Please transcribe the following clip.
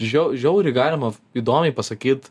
žiau žiauriai galima įdomiai pasakyt